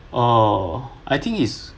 oh I think is